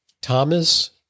Thomas